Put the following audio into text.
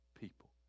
people